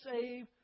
save